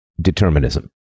determinism